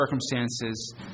circumstances